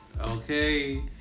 okay